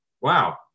wow